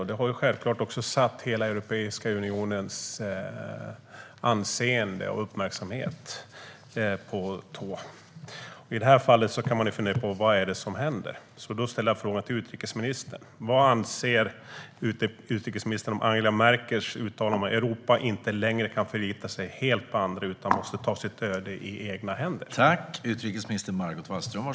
Detta har självfallet gjort att man är på tårna när det gäller hela Europeiska unionens anseende och uppmärksamhet. I det här fallet kan man fundera på vad som händer. Jag vill fråga utrikesministern: Vad anser du om Angela Merkels uttalande att Europa inte längre kan förlita sig helt på andra utan måste ta sitt öde i egna händer?